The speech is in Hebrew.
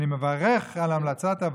אני מברך על המלצת הוועדה,